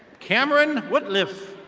cameron woodliff.